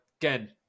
again